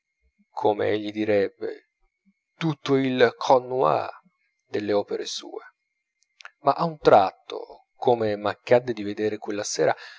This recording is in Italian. come egli direbbe tutto il cte noir delle opere sue ma a un tratto come m'accadde di vedere quella sera